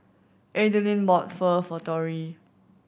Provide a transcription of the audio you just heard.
Adeline bought Pho for Torry